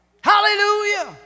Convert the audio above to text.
Hallelujah